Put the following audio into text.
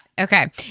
Okay